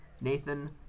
Nathan